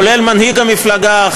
כולל מנהיג המפלגה,